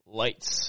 lights